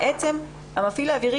המפעיל האווירי,